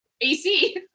ac